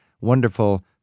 wonderful